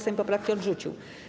Sejm poprawki odrzucił.